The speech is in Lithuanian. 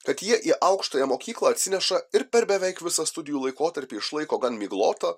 kad jie į aukštąją mokyklą atsineša ir per beveik visą studijų laikotarpį išlaiko gan miglotą